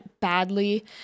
badly